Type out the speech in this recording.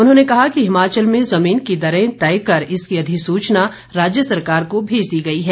उन्होंने कहा कि हिमाचल में जमीन की दरें तय कर इसकी अधिसुचना राज्य सरकार को भेज दी गई है